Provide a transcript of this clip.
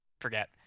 forget